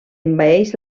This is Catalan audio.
envaeix